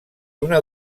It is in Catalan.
una